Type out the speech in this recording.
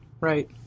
Right